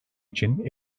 için